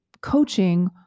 coaching